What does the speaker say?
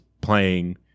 playing